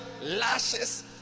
lashes